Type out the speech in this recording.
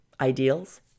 ideals